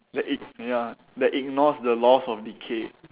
that ig~ ya that ignores the laws of decay